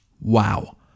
Wow